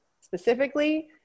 specifically